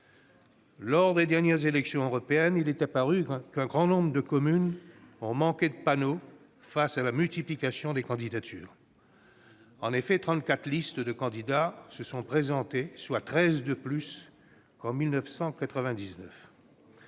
Lors des dernières élections européennes, il est apparu qu'un grand nombre de communes ont manqué de panneaux face à la multiplication des candidatures. En effet, trente-quatre listes de candidats se sont présentées, soit treize de plus qu'en 1999.